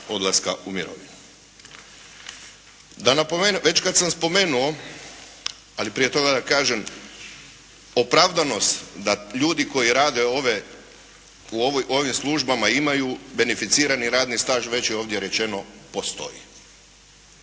odlaska u mirovinu. Već kad sam spomenuo ali prije toga da kažem opravdanost da ljudi koji rade u ovim službama imaju beneficirani radni staž već je ovdje rečeno postoji,